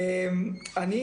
אני